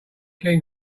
ken